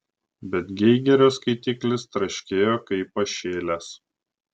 bet geigerio skaitiklis traškėjo kaip pašėlęs